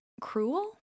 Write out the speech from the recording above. cruel